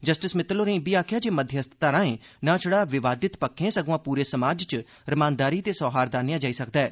justice Mittal होरें इब्बी आखेआ जे मध्यस्थता राएं नां छड़ा विवादित पक्खें सगुआं पूरे समाज च रमानदारी ते सौहार्द आह्ननेआ जाई सकदा ऐ